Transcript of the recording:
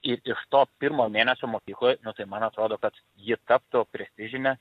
ir iš to pirmo mėnesio mokykloj nu tai man atrodo kad ji taptų prestižine